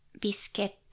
biscuit